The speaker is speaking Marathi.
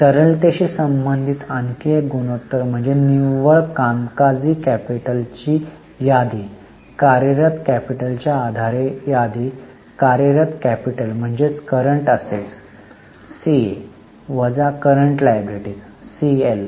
तरलतेशी संबंधित आणखी एक गुणोत्तर म्हणजे निव्वळ कामकाजी कॅपिटलची यादी कार्यरत कॅपिटल च्या आधारे यादी कार्यरत कॅपिटल म्हणजे सीए वजा सीएल